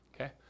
Okay